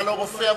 אתה לא רופא,